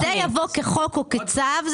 כשזה יבוא כחוק או כצו,